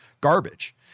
garbage